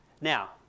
Now